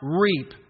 reap